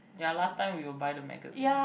ya last time we will buy the magazine